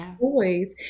boys